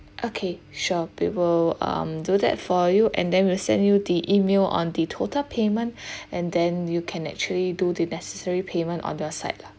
okay sure we will um do that for you and then we'll send you the email on the total payment and then you can actually do the necessary payment on the site lah